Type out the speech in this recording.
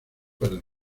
para